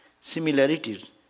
similarities